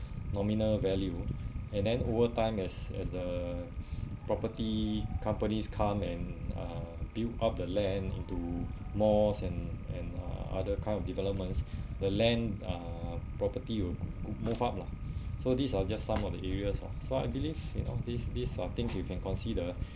nominal value and then overtime as as the property companies come and uh build up the land into malls and and uh other kind of developments the land uh property will could move up lah so these are just some of the areas lah so I believe you know these these are things you can consider